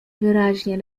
wyraźnie